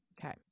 Okay